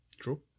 True